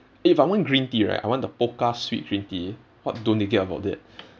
if I want green tea right I want the pokka sweet green tea what don't they get about that